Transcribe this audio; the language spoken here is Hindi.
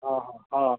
हाँ हाँ